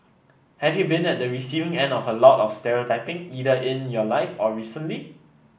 have you been at the receiving end of a lot of stereotyping either in your life or recently